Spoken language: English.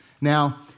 Now